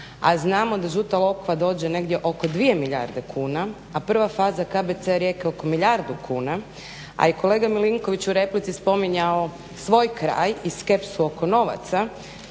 a znamo da Žuta Lokva dođe negdje oko 2 milijarde kuna, a prva faza KBC-a Rijeka je oko milijardu kuna. A i kolega Milinković u replici je spominjao svoj kraj i skepsu oko novaca,